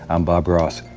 i'm bob ross.